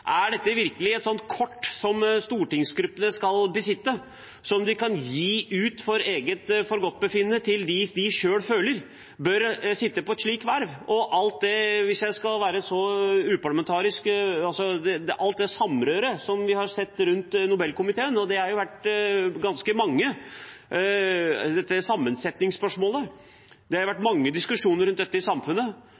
Er dette virkelig et kort som stortingsgruppene skal besitte, som de skal kunne gi ut for eget forgodtbefinnende til dem de selv føler bør sitte i et slikt verv? Og hvis jeg skal være så uparlamentarisk: Vi har sett ganske mye samrøre rundt Nobelkomiteen. Dette sammensetningsspørsmålet har det vært mange diskusjoner rundt i samfunnet, og jeg tror ikke det